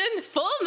Full